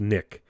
Nick